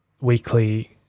weekly